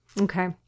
Okay